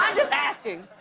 um just asking.